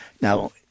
Now